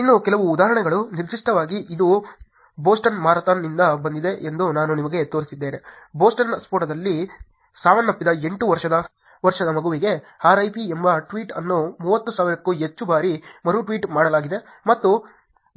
ಇನ್ನೂ ಕೆಲವು ಉದಾಹರಣೆಗಳು ನಿರ್ದಿಷ್ಟವಾಗಿ ಇದು ಬೋಸ್ಟನ್ ಮ್ಯಾರಥಾನ್ನಿಂದ ಬಂದಿದೆ ಎಂದು ನಾನು ನಿಮಗೆ ತೋರಿಸಿದ್ದೇನೆ ಬೋಸ್ಟನ್ ಸ್ಫೋಟದಲ್ಲಿ ಸಾವನ್ನಪ್ಪಿದ 8 ವರ್ಷದ ಮಗುವಿಗೆ RIP ಎಂಬ ಟ್ವೀಟ್ ಅನ್ನು 30000 ಕ್ಕೂ ಹೆಚ್ಚು ಬಾರಿ ಮರುಟ್ವೀಟ್ ಮಾಡಲಾಗಿದೆ ಮತ್ತು